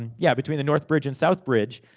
and yeah, between the northbridge and southbridge,